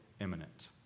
imminent